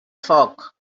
foc